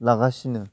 लागासिनो